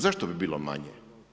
Zašto bi bilo manje?